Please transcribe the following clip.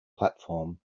platform